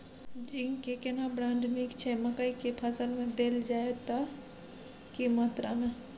Zinc के केना brand नीक छैय मकई के फसल में देल जाए त की मात्रा में?